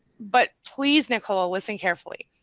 but please nicole, ah listen carefully,